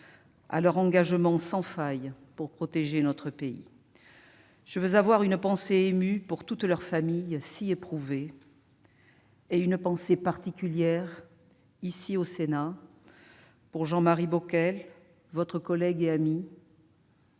à leur engagement sans faille pour protéger notre pays. Je veux avoir une pensée émue pour toutes leurs familles, qui sont si éprouvées, et une pensée particulière, ici, au Sénat, pour Jean-Marie Bockel, votre collègue et ami,